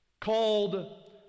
called